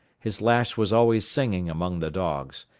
his lash was always singing among the dogs,